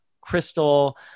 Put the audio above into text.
crystal